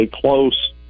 close